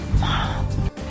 Mom